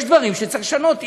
יש דברים שצריך לשנות,